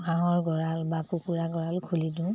হাঁহৰ গঁৰাল বা কুকুৰা গঁৰাল খুলি দিওঁ